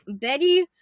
Betty